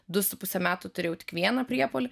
du su puse metų turėjau tik vieną priepuolį